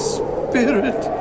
spirit